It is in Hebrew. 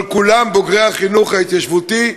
אבל כולם בוגרי החינוך ההתיישבותי,